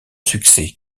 succès